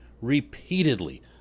repeatedly